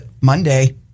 Monday